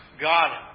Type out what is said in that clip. God